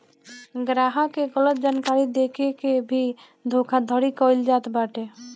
ग्राहक के गलत जानकारी देके के भी धोखाधड़ी कईल जात बाटे